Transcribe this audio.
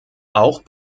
auch